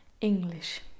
English